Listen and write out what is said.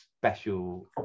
special